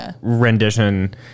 rendition